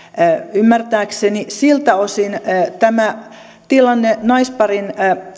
ymmärtääkseni siltä osin tämä tilanne naisparin